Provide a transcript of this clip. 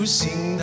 sing